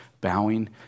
bowing